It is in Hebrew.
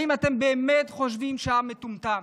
האם אתם באמת חושבים שהעם מטומטם?